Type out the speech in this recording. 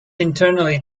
internally